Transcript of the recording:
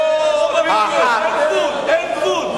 אין גבול.